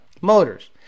motors